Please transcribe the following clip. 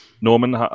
Norman